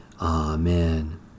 Amen